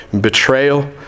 betrayal